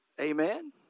Amen